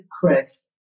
Chris